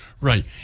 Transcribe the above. right